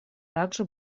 также